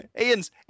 Ian's